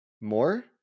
More